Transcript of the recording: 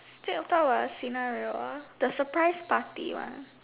then we talk about a scenario ah the surprise party one